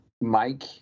Mike